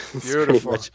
Beautiful